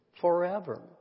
forever